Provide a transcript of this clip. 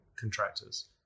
contractors